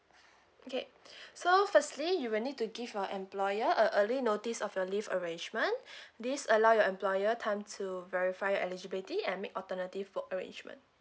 okay so firstly you will need to give your employer uh early notice of your leave arrangement this allow your employer time to verify eligibility and make alternative for arrangement